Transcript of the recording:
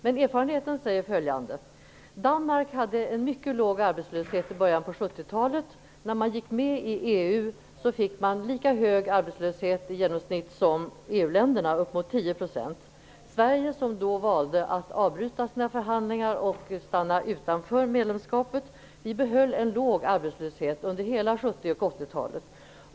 Men erfarenheten säger följande: Danmark hade en mycket låg arbetslöshet i början på 70-talet. När man gick med i EU fick man lika hög arbetslöshet i genomsnitt som EU-länderna -- upp mot 10 %. Sverige, som då valde att avbryta sina förhandlingar och stanna utanför medlemskapet, behöll en låg arbetslöshet under hela 70 och 80-talet.